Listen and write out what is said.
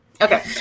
Okay